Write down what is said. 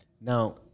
Now